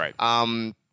Right